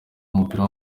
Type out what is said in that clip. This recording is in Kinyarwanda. w’umupira